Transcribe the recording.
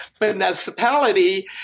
municipality